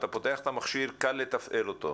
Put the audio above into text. אתה פותח את המכשיר, קל לתפעל אותו.